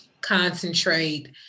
concentrate